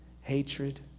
hatred